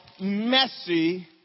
messy